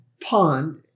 pond